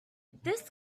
this